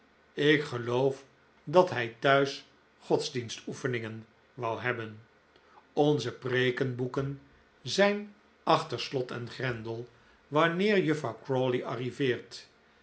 ik geloof dat hij thuis godsdienstoefeningen wou hebben onze preeken boeken zijn achter slot en grendel wanneer juffrouw crawley arriveert